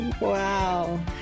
Wow